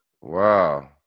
Wow